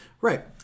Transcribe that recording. Right